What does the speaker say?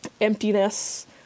emptiness